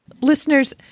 Listeners